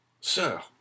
Sir